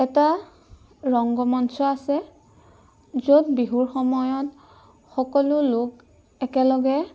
এটা ৰংগমঞ্চ আছে য'ত বিহুৰ সময়ত সকলো লোক একেলগে